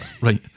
right